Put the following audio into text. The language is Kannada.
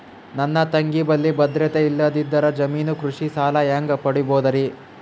ನನ್ನ ತಂಗಿ ಬಲ್ಲಿ ಭದ್ರತೆ ಇಲ್ಲದಿದ್ದರ, ಜಾಮೀನು ಕೃಷಿ ಸಾಲ ಹೆಂಗ ಪಡಿಬೋದರಿ?